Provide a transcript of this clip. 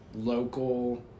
local